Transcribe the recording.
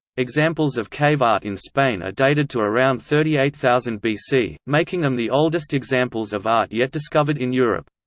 examples of cave art in spain are dated to around thirty eight thousand bc, making them the oldest examples of art yet discovered in europe.